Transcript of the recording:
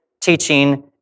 teaching